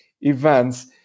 events